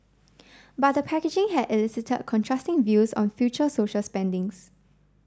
but the package had elicite contrasting views on future social spendings